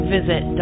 Visit